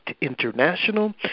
International